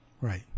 Right